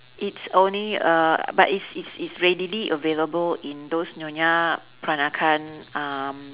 it's only uh but it's it's it's readily available in those nyonya peranakan um